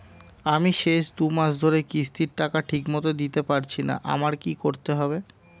আমি শেষ দুমাস ধরে কিস্তির টাকা ঠিকমতো দিতে পারছিনা আমার কি করতে হবে?